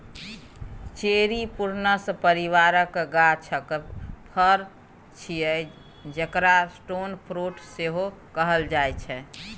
cherry प्रुनस परिबारक गाछक फर छियै जकरा स्टोन फ्रुट सेहो कहल जाइ छै